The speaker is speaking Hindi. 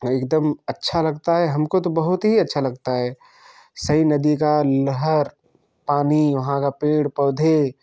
एकदम अच्छा लगता है हमको तो बहुत ही अच्छा लगता है सई नदी का लहर पानी वहाँ का पेड़ पौधे